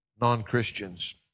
non-Christians